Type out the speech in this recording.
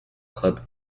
club